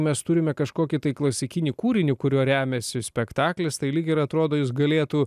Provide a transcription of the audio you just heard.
mes turime kažkokį tai klasikinį kūrinį kuriuo remiasi spektaklis tai lyg ir atrodo jis galėtų